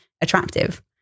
attractive